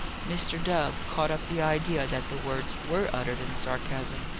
mr. dove caught up the idea that the words were uttered in sarcasm,